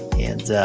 and,